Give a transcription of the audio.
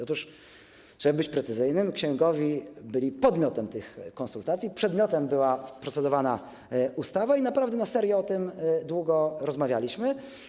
Otóż trzeba być precyzyjnym: księgowi byli podmiotem tych konsultacji, przedmiotem była procedowana ustawa i naprawdę, na serio o tym długo rozmawialiśmy.